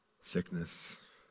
sickness